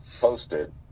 posted